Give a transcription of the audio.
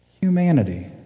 humanity